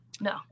No